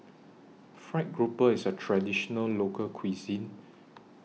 Fried Grouper IS A Traditional Local Cuisine